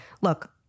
look